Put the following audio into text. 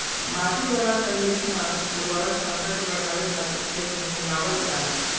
माटी वाला कंडीशनर उर्वरक क्षमता के बढ़ावे खातिर खेत में मिलावल जाला